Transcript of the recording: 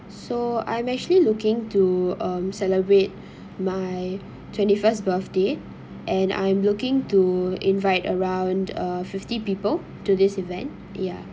so I'm actually looking to um celebrate my twenty first birthday and I'm looking to invite around uh fifty people to this event ya